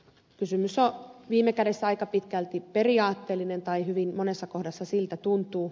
kysymys on viime kädessä aika pitkälti periaatteellinen tai hyvin monessa kohdassa siltä tuntuu